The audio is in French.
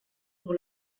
pour